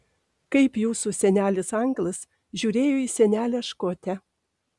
kaip jūsų senelis anglas žiūrėjo į senelę škotę